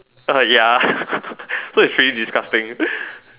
err ya so it's pretty disgusting